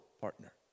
partner